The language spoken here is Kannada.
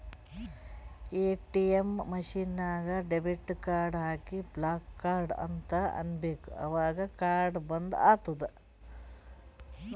ಎ.ಟಿ.ಎಮ್ ಮಷಿನ್ ನಾಗ್ ಡೆಬಿಟ್ ಕಾರ್ಡ್ ಹಾಕಿ ಬ್ಲಾಕ್ ಕಾರ್ಡ್ ಅಂತ್ ಅನ್ಬೇಕ ಅವಗ್ ಕಾರ್ಡ ಬಂದ್ ಆತ್ತುದ್